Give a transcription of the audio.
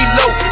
low